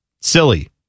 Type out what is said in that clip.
Silly